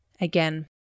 again